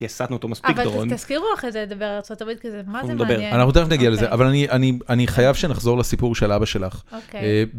כי הסטנו אותו מספיק, דרון. אבל תזכירו אחרי זה לדבר על ארצות הברית כי זה מה זה מעניין? אנחנו תיכף נגיע לזה, אבל אני חייב שנחזור לסיפור של אבא שלך. אוקיי.